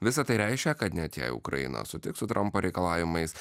visa tai reiškia kad net jei ukraina sutiks su trampo reikalavimais